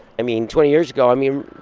i mean, twenty years ago, i mean,